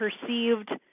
perceived